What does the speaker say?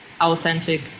authentic